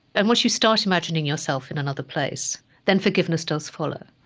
and once you start imagining yourself in another place, then forgiveness does follow.